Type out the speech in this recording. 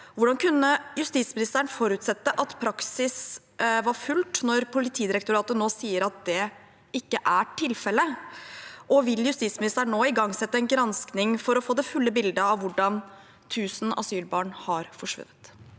Hvordan kunne statsråden forutsette at praksis var fulgt, når Politidirektoratet nå selv sier at det ikke er tilfellet, og vil statsråden igangsette en gransking for å få det fulle bildet av hvordan 1 000 asylbarn har forsvunnet?»